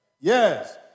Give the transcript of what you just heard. yes